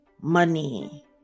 money